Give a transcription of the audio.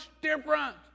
different